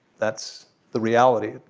that's the reality.